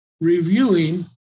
reviewing